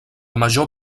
major